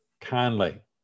kindly